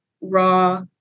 raw